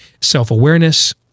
self-awareness